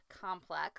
complex